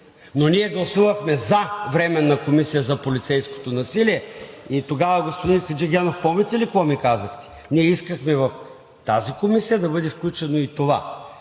но ние гласувахме „за“ Временна комисия за полицейското насилие. Тогава, господин Хаджигенов, помните ли какво ми казахте? Ние искахме в тази комисия да бъде включено и това,